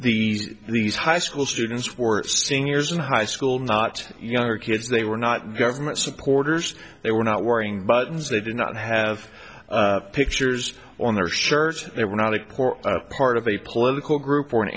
the these high school students were seniors in high school not younger kids they were not government supporters they were not wearing buttons they did not have pictures on their shirt they were not a core part of a political group or an